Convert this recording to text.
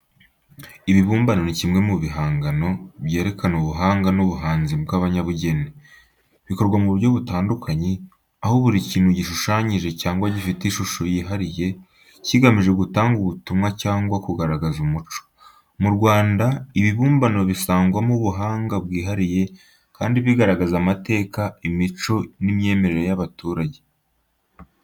Ibibumbano ni kimwe mu bihangano byerekana ubuhanga n’ubuhanzi bw’abanyabugeni. Bikorwa mu buryo butandukanye, aho buri kintu gishushanyije cyangwa gifite ishusho yihariye, kigamije gutanga ubutumwa cyangwa kugaragaza umuco. Mu Rwanda, ibibumbano bisangwamo ubuhanga bwihariye kandi bigaragaza amateka, imico n’imyemerere y'abaturage.